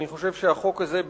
אני חושב שהחוק הזה,